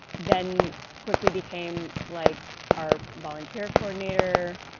then quickly became like our volunteer coordinator,